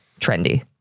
trendy